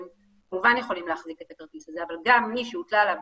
הם כמובן יכולים להחזיק את הכרטיס הזה אבל גם מי שהוטלה עליו